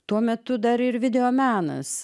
tuo metu dar ir videomenas